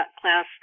class